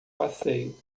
passeio